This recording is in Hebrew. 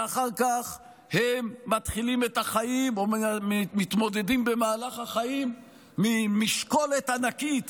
ואחר כך הם מתחילים את החיים או מתמודדים במהלך החיים עם משקולת ענקית